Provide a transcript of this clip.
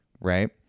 right